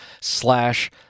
slash